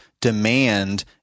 demand